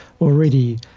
already